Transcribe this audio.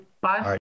bye